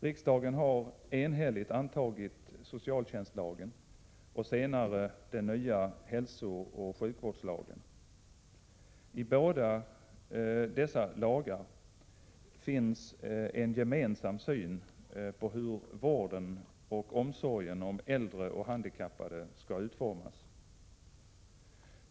Riksdagen har enhälligt antagit socialtjänstlagen och senare den nya hälsooch sjukvårdslagen. I båda dessa lagar finns en gemensam syn på hur vården och omsorgen om äldre och handikappade skall utformas.